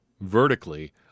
vertically